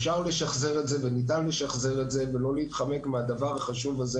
אפשר לשחזר את זה וניתן לשחזר את זה ולא להתחמק מהדבר החשוב הזה